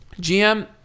GM